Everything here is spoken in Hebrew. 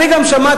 אני גם שמעתי,